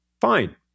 Fine